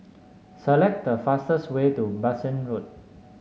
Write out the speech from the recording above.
select the fastest way to Bassein Road